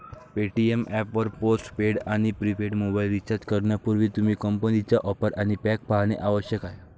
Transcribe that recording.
Paytm app वर post paid आणि prepaid mobile recharge करण्यापूर्वी, तुम्ही कंपनीच्या ऑफर आणि पॅक पाहणे आवश्यक आहे